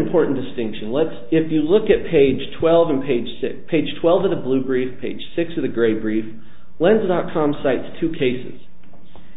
important distinction let's if you look at page twelve in page to page twelve of the blue green page six of the great three lenses are come sites two cases